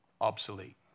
Obsolete